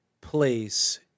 place